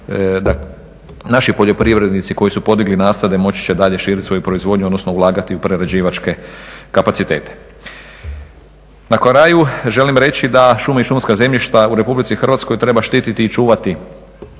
naši poljoprivrednici koji su podigli nasade moći će dalje širiti svoju proizvodnju odnosno ulagati u prerađivačke kapacitete. Na kraju želim reći da šume i šumska zemljišta u Republici Hrvatskoj treba štiti i čuvati